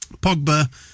Pogba